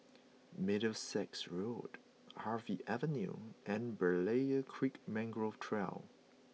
Middlesex Road Harvey Avenue and Berlayer Creek Mangrove Trail